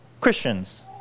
Christians